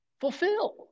Fulfill